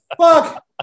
fuck